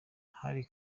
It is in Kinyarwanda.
hari